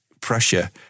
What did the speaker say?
pressure